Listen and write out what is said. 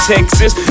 Texas